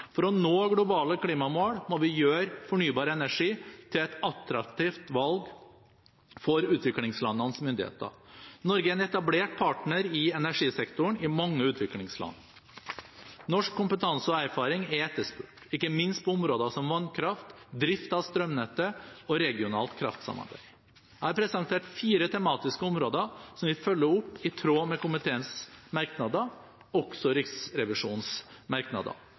For å nå globale klimamål må vi gjøre fornybar energi til et attraktivt valg for utviklingslandenes myndigheter. Norge er en etablert partner i energisektoren i mange utviklingsland. Norsk kompetanse og erfaring er etterspurt, ikke minst på områder som vannkraft, drift av strømnettet og regionalt kraftsamarbeid. Jeg har presentert fire tematiske områder som vi følger opp, i tråd med komiteens merknader og også Riksrevisjonens merknader.